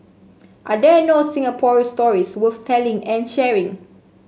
are there no Singapore stories worth telling and sharing